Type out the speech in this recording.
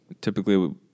typically